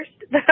first